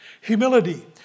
Humility